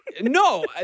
no